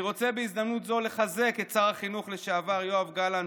אני רוצה בהזדמנות זו לחזק את שר החינוך לשעבר יואב גלנט,